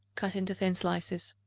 cut into thin slices.